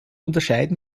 unterscheiden